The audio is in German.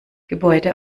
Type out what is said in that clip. gebäude